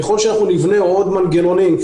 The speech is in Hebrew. ככל שנבנה עוד מנגנונים,